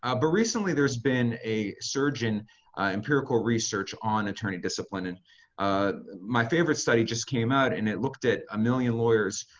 ah but recently there's been a surge in empirical research on attorney discipline. and my favorite study just came out and it looked at a million lawyers'